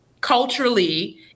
culturally